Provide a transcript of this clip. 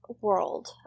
world